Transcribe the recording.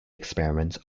experiments